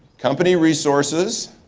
company resources.